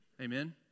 Amen